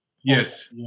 Yes